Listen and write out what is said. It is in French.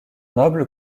noble